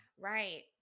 Right